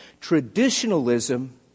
Traditionalism